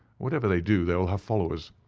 whatever they do, they will have followers.